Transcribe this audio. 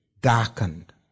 darkened